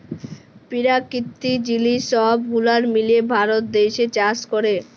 পেরাকিতিক জিলিস সহব গুলান মিলায় ভারত দ্যাশে চাষ ক্যরে